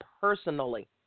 personally